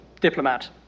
diplomat